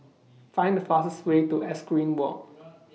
Find The fastest Way to Equestrian Walk